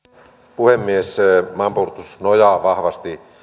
puhemies maanpuolustus nojaa vahvasti